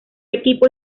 equipo